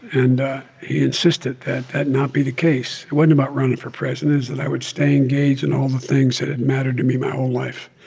and he insisted that that not be the case. it wasn't about running for president it's that i would stay engaged in all the things that had mattered to me my whole life.